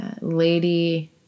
lady